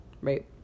right